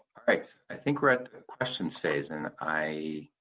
alright, i think we're at the questions phase and i